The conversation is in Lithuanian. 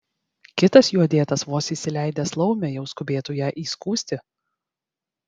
kitas juo dėtas vos įsileidęs laumę jau skubėtų ją įskųsti